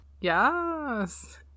Yes